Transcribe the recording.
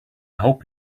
hope